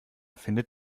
findet